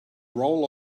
roll